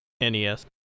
NES